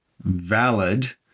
valid